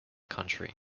country